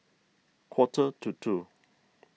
quarter to two